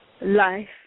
life